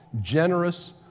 generous